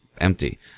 empty